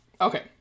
Okay